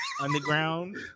Underground